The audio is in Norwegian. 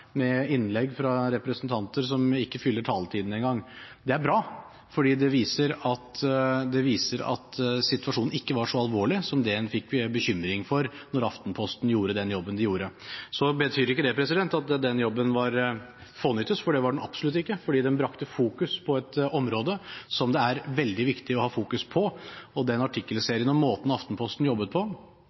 med innlegg fra representanter som ikke fyller taletiden engang. Det er bra, for det viser at situasjonen ikke var så alvorlig som det en fikk bekymring for da Aftenposten gjorde den jobben de gjorde. Det betyr ikke at den jobben var fånyttes, for det var den absolutt ikke – den brakte fokus til et område som det er veldig viktig å fokusere på. Og når det gjelder den artikkelserien: Den måten Aftenposten jobbet på,